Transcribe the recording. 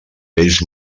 vells